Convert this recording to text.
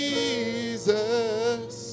Jesus